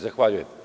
Zahvaljujem.